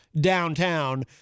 downtown